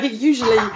usually